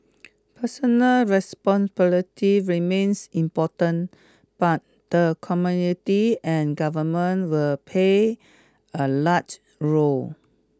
personal responsibility remains important but the community and Government will pay a larger role